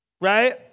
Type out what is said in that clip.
right